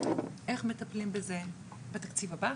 איך מטפלים בזה בתקציב הבא,